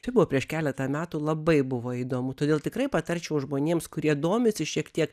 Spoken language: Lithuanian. tai buvo prieš keletą metų labai buvo įdomu todėl tikrai patarčiau žmonėms kurie domisi šiek tiek